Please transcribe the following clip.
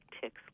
tick's